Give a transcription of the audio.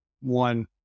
one